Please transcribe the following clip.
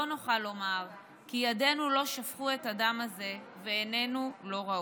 לא נוכל לומר כי ידינו לא שפכו את הדם הזה ועינינו לא ראו.